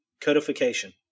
codification